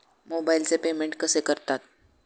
मोबाइलचे पेमेंट कसे करतात?